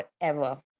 Forever